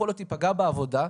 יכול להיות יפגע בעבודה,